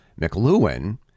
McLuhan